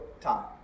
time